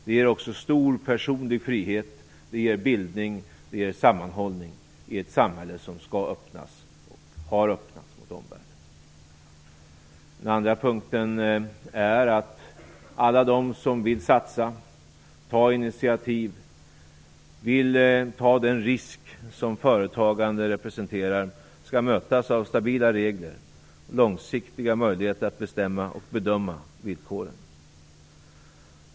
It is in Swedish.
Det ger också stor personlig frihet, bildning och sammanhållning i ett samhälle som skall öppnas och har öppnats mot omvärlden. Den andra punkten är att alla de som vill satsa och ta initiativ, som vill ta den risk som företagande representerar, skall mötas av stabila regler och långsiktiga möjligheter att bestämma och bedöma villkoren.